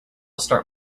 start